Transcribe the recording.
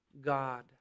God